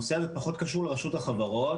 הנושא הזה פחות קשור לרשות החברות.